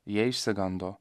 jie išsigando